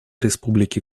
республики